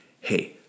Hey